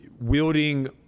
wielding